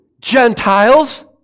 Gentiles